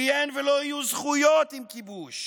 כי אין ולא יהיו זכויות עם כיבוש,